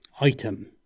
item